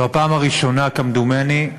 זאת הפעם הראשונה, כמדומני,